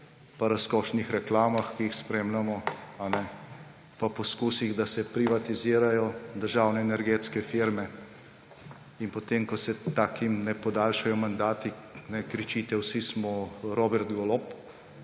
in razkošnih reklamah, ki jih spremljamo, in poskusih, da se privatizirajo državne energetske firme, in potem, ko se takim ne podaljšajo mandati, kričite – vsi smo Robert Golob.